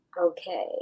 Okay